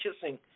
kissing